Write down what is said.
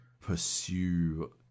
pursue